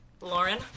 Lauren